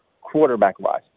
quarterback-wise